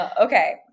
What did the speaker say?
Okay